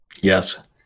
yes